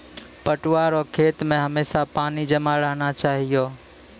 पटुआ रो खेत मे हमेशा पानी जमा रहना चाहिऔ